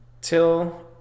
till